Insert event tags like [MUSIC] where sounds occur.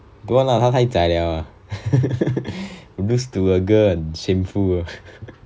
don't want lah 她太 zai liao ah [LAUGHS] lose to a girl shameful ah [LAUGHS]